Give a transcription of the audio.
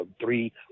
three